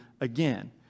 again